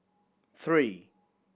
three